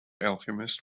alchemist